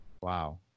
Wow